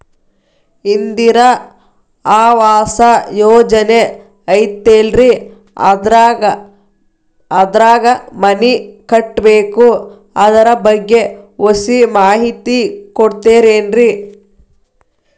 ಇಂದಿರಾ ಆವಾಸ ಯೋಜನೆ ಐತೇಲ್ರಿ ಅದ್ರಾಗ ಮನಿ ಕಟ್ಬೇಕು ಅದರ ಬಗ್ಗೆ ಒಸಿ ಮಾಹಿತಿ ಕೊಡ್ತೇರೆನ್ರಿ?